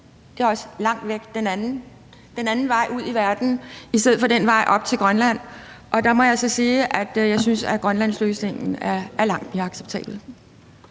Det er også langt væk, altså den anden vej ud i verden, i stedet for den vej op til Grønland. Og der må jeg altså sige, at jeg synes, at Grønlandsløsningen er langt mere acceptabel.